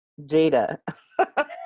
Jada